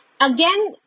again